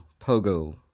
pogo